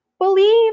believe